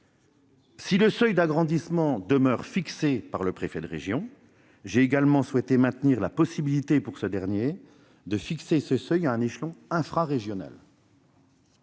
Si le seuil d'agrandissement demeure fixé par le préfet de région, j'ai souhaité maintenir la possibilité pour ce dernier de fixer ce seuil à un échelon infrarégional.